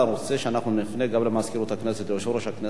שהנושא יעלה והשר יהיה חייב לענות,